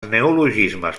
neologismes